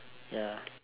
ya